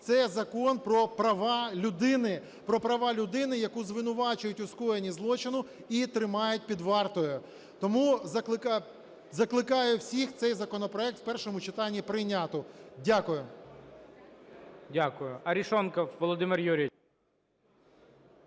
людини, про права людини, яку звинувачують у скоєнні злочину і тримають під вартою. Тому закликаю всіх цей законопроект в першому читанні прийняти. Дякую. ГОЛОВУЮЧИЙ. Дякую. Арешонков Володимир Юрійович.